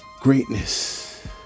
greatness